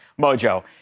Mojo